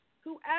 Whoever